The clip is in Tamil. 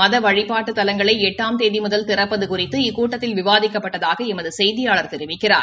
மதவழிபாட்டுத் தலங்களை எட்டாம் தேதி முதல் திறப்பது குறிதது இக்கூட்டத்தில் விவாதிக்கப்பட்டதாக எமது செய்தியாளர் தெரிவிக்கிறார்